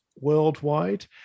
worldwide